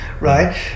right